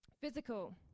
Physical